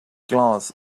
glass